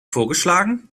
vorgeschlagen